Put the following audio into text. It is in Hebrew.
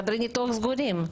חדרי ניתוח סגורים.